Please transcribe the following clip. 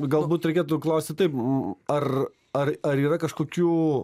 galbūt reikėtų klausti taip ar ar ar yra kažkokių